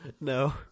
No